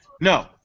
no